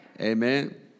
Amen